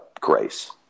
grace